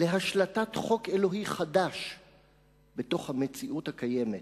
להשלטת חוק אלוהי חדש בתוך המציאות הקיימת,